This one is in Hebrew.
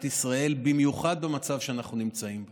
ישראל במיוחד במצב שאנחנו נמצאים בו.